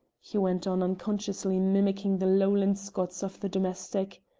he went on, unconsciously mimicking the lowland scots of the domestic.